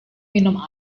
minum